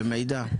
למידע.